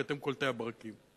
כי אתם קולטי הברקים.